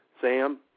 Sam